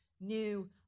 new